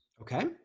Okay